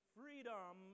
freedom